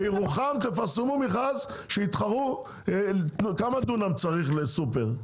בירוחם תפרסמו מכרז שיתחרו כמה דונם צריך לסופר?